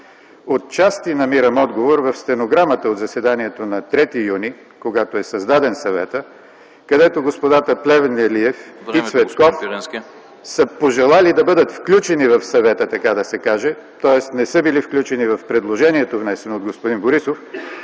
Отчасти намирам отговор в стенограмата от заседанието на 3 юни, когато е създаден съветът, където господата Плевнелиев и Цветков са пожелали да бъдат включени в съвета, така да се каже. Тоест не са били включени в предложението, внесено от господин Борисов.